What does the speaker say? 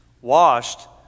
washed